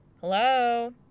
Hello